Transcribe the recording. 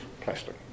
plastic